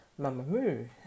Mamamoo